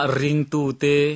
ringtute